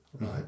Right